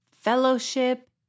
fellowship